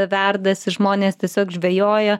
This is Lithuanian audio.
verdasi žmonės tiesiog žvejoja